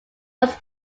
was